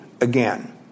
again